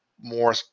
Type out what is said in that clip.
more